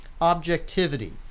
objectivity